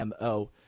mo